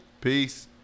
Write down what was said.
Peace